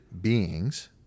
beings